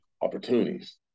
opportunities